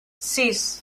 sis